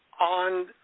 on